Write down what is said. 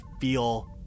feel